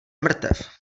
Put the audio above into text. mrtev